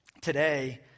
today